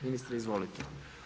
Ministre izvolite.